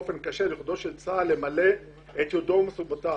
יכולתו של צה"ל למלא את ייעודו ומשימותיו.